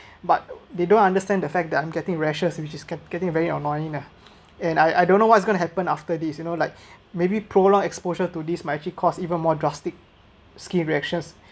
but they don't understand the fact that I'm getting rashes which is get~ getting very annoying ah and I I don't know what's going to happen after this you know like maybe prolonged exposure to these might actually cause even more drastic skin reactions